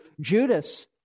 Judas